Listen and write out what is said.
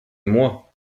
moi